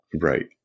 Right